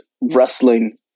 wrestling